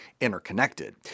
interconnected